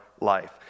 life